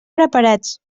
preparats